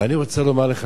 ואני רוצה לומר לך,